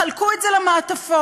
חלקו את זה למעטפות.